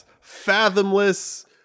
Fathomless